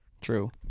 True